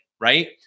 right